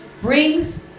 brings